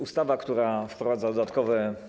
Ustawa, która wprowadza dodatkowe.